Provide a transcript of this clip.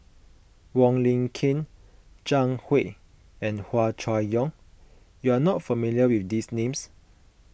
Wong Lin Ken Zhang Hui and Hua Chai Yong you are not familiar with these names